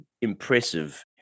impressive